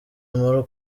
muri